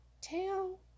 tail